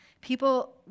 People